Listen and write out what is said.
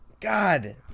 God